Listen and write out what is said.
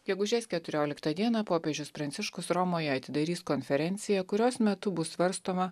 gegužės keturioliktą dieną popiežius pranciškus romoje atidarys konferenciją kurios metu bus svarstoma